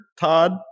Todd